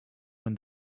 when